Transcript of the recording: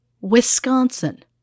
Wisconsin